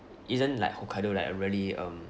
isn't like hokkaido like a really um